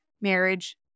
marriage